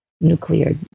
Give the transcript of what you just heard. nuclear